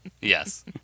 Yes